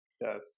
Yes